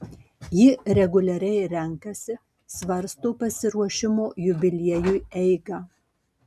ji reguliariai renkasi svarsto pasiruošimo jubiliejui eigą